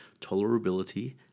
tolerability